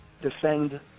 defend